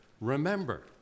remember